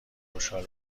خوشحال